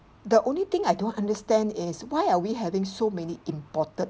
the only thing I don't understand is why are we having so many imported